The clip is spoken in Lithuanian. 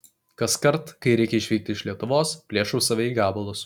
kaskart kai reikia išvykti iš lietuvos plėšau save į gabalus